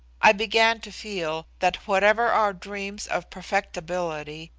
i began to feel that, whatever our dreams of perfectibility,